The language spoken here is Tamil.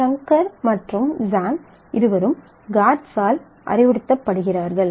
ஷங்கர் மற்றும் ஜாங் இருவரும் காட்ஸால் அறிவுறுத்தப்படுகிறார்கள்